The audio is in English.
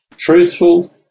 truthful